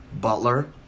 Butler